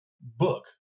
book